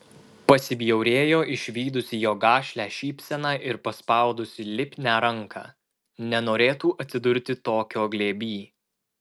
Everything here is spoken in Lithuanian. pasibjaurėjo išvydusi jo gašlią šypseną ir paspaudusi lipnią ranką nenorėtų atsidurti tokio glėby